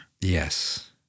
Yes